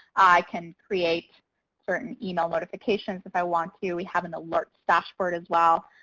i can create certain email notifications if i want to. we have an alert dashboard as well,